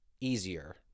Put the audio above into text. easier